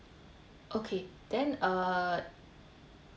okay then uh